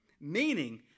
meaning